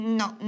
no